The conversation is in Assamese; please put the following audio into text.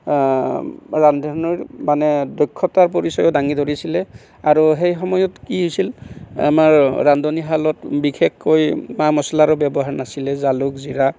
ৰান্ধনীৰ মানে দক্ষতাৰ পৰিচয় দাঙি ধৰিছিলে আৰু সেই সময়ত কি হৈছিল আমাৰ ৰান্ধনীশালত বিশেষকৈ মা মছলাৰো ব্যৱহাৰ নাছিলে জালুক জিৰা